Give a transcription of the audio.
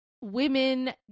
Women